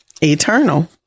eternal